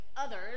others